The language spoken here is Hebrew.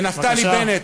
ונפתלי בנט,